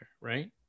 right